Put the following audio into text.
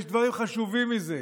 יש דברים חשובים מזה.